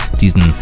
diesen